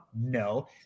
No